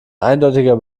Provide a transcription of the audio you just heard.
eindeutiger